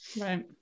Right